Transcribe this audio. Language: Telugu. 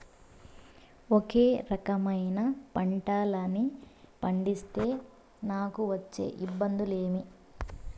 ఒకే రకమైన పంటలని పండిస్తే నాకు వచ్చే ఇబ్బందులు ఏమి?